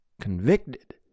convicted